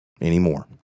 anymore